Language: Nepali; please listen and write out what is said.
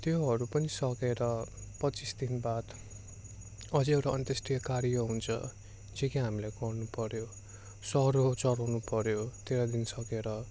त्योहरू पनि सकेर पच्चिस दिन बाद अझै एउटा अन्त्येष्टि कार्य हुन्छ जो कि हामीलाई गर्नुपर्यो सरौ चढाउनुपर्यो तेह्र दिन सकेर